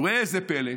וראה זה פלא,